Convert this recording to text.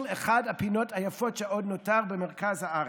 את אחת הפינות היפות שעוד נותרו במרכז הארץ.